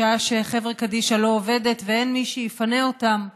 בשעה שחברה קדישא לא עובדת ואין מי שיפנה אותם מהבית.